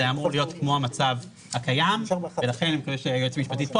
זה היה אמור להיות כמו המצב הקיים ולכן אני מקווה שהיועצת המשפטית תשנה.